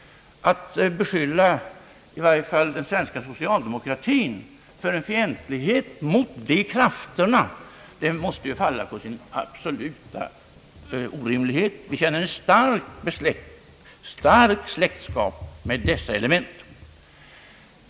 Att beskylla den svenska socialdemokratin för att vara fientlig mot dessa krafter måste ju falla på sin absoluta orimlighet. Vi känner stark släktskap med dessa element.